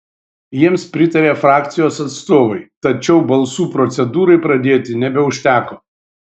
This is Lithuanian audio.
jiems pritarė frakcijos atstovai tačiau balsų procedūrai pradėti nebeužteko